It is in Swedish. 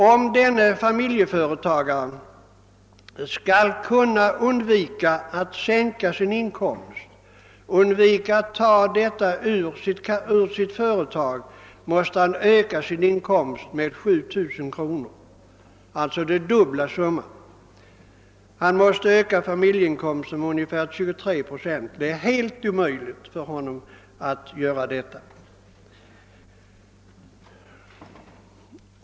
Om denna familjeföretagare skall kunna undvika att sänka sin inkomst från sitt företag, måste han öka den med ca 7000 kronor, alltså med en summa dubbelt så stor som skattehöjningen. Han måste då öka familjeinkomsten med ungefär 23 procent. Det är helt omöjligt för honom att göra detta.